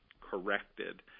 corrected